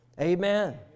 Amen